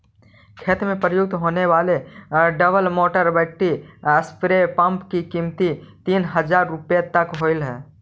खेती में प्रयुक्त होने वाले double motor battery spray pump की कीमत तीन हज़ार रुपया तक होवअ हई